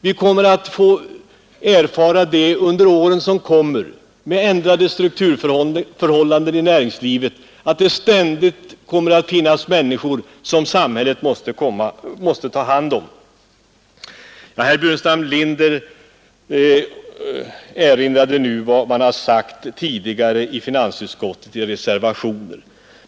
Vi kommer att få erfara under åren som följer, med ändrade strukturförhållanden i näringslivet, att det ständigt kommer att finnas människor som samhället måste ta hand om och omskola. Herr Burenstam Linder erinrade nu om vad man har uttalat tidigare i finansutskottet, i reservationer.